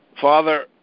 Father